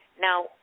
Now